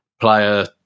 player